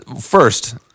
First